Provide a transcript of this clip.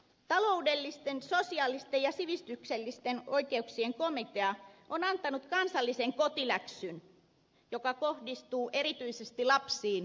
taloudellisten sosiaalisten ja sivistyksellisten oikeuksien komitea on antanut kansallisen kotiläksyn joka kohdistuu erityisesti lapsiin ja nuoriin